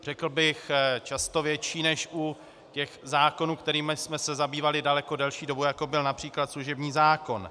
Řekl bych často větší než u těch zákonů, kterými jsme se zabývali daleko delší dobu, jako byl například služební zákon.